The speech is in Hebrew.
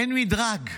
אין מדרג,